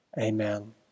amen